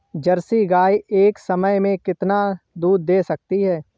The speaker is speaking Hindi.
जर्सी गाय एक समय में कितना दूध दे सकती है?